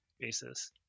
basis